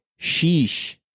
sheesh